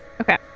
okay